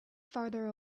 farther